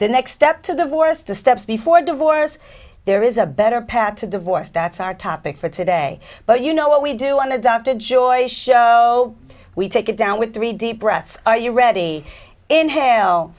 the next step to the forest the steps before divorce there is a better path to divorce that's our topic for today but you know what we do on a dr joyce show we take it down with three deep breaths are you ready inhale